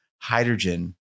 hydrogen